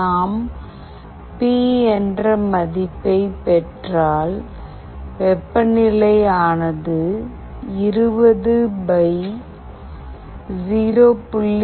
நாம் பி என்ற மதிப்பைப் பெற்றால் வெப்பநிலை ஆனது 20 0